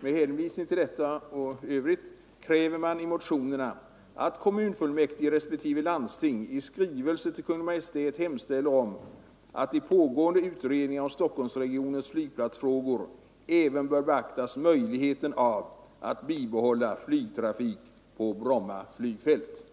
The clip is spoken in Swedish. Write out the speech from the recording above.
Med hänvisning till detta och till övriga förhållanden kräver man i de motioner som väckts att kommunfullmäktige respektive landstinz ”i skrivelser till Kungl. Maj:t hemställer om att i pågående utredningar om stockholmsregionens flygplatsfrågor även bör beaktas möjligheten av att bibehålla flygtrafik på Bromma flygfält”.